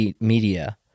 media